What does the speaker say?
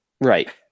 Right